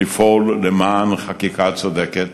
לפעול למען חקיקה צודקת